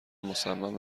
مصمم